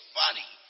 funny